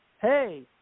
hey